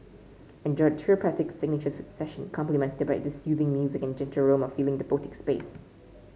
enjoy therapeutic signature foot session complimented by the soothing music and gentle aroma filling the boutique space